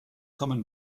common